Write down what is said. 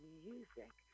music